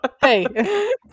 Hey